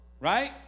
Right